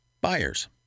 buyers